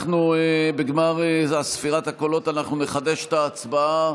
בגמר ספירת הקולות אנחנו נחדש את ההצבעה.